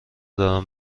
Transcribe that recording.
دارم